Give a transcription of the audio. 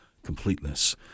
completeness